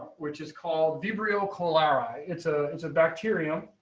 which is called vibrato calera it's ah it's a bacterium